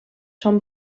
són